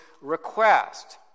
request